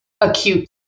acute